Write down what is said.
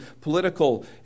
political